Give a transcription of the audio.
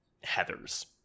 heather's